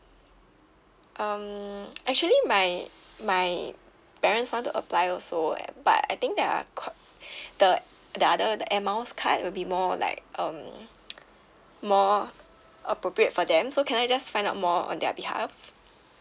um actually my my parents want to apply also and but I think they are qu~ the the other the air miles card will be more like um more appropriate for them so can I just find out more on their behalf